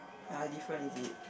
another difference is it